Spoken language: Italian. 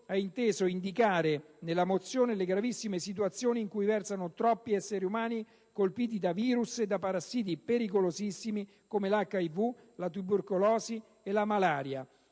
ha inteso indicare nella mozione le gravissime condizioni in cui versano troppi esseri umani colpiti da virus e parassiti pericolosissimi quali l'HIV, la tubercolosi e la malaria.